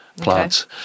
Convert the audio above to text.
plants